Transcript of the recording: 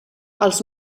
els